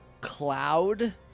cloud